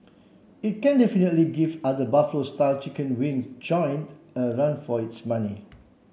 it can definitely give other Buffalo style chicken wings joint a run for its money